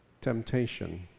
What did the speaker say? temptation